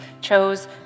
chose